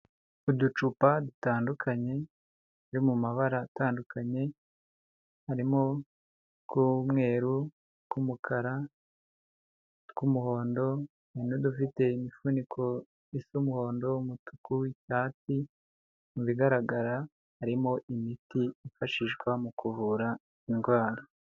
Uducupa dutandukanye turi mu mabara atandukanye harimo, utw'umweru, utw'umukara, utw'umuhondo n'udufite imifuniko isa umuhondo umutuku icyatsi, mu bigaragara harimo imiti yifashishwa mu kuvura indwara.